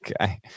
Okay